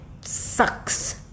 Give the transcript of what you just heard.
sucks